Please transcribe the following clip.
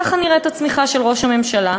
ככה נראית הצמיחה של ראש הממשלה,